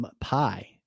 pi